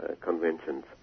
conventions